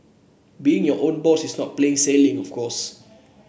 being your own boss is not always plain sailing of course